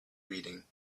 reading